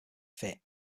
fit